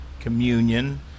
communion